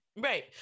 right